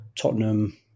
Tottenham